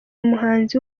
umuhanzi